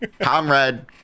comrade